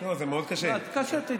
זה מאוד קשה לי.